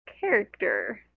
character